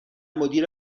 مدیر